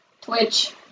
Twitch